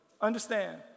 Understand